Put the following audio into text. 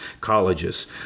colleges